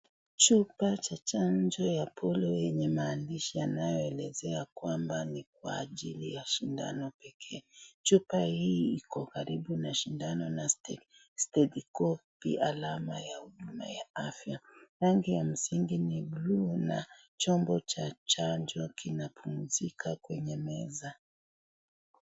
Chupa cha chanjo ya polio yenye maandishi yanayoelezea kwamba ni kwa ajili ya shindano pekee, chupa hii iko karibu na shindano na stethekopu ya alama ya huduma ya afya, rangi ya msingi ni bluu na chombo cha chanjo kinapumzika kwenye meza.